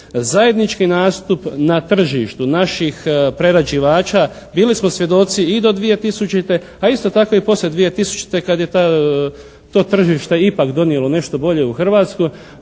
zajednički nastup na tržištu naših prerađivača bili smo svjedoci i do 2000., a isto tako i poslije 2000. kad je to tržište ipak donijelo nešto bolje u Hrvatsku,